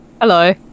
hello